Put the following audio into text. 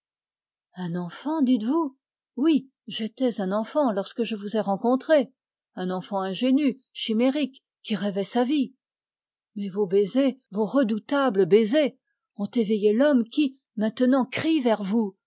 un enfant dites-vous oui j'étais un enfant lorsque je vous ai rencontrée un enfant ingénu chimérique qui rêvait sa vie mais vos baisers vos redoutables baisers ont éveillé l'homme qui maintenant crie vers vous